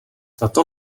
tato